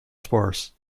spars